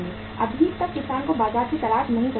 अभी तक किसान को बाजार की तलाश नहीं करनी पड़ी है